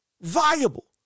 viable